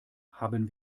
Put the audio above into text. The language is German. haben